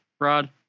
Rod